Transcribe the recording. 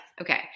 Okay